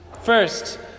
First